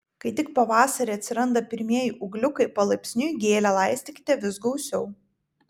kai tik pavasarį atsiranda pirmieji ūgliukai palaipsniui gėlę laistykite vis gausiau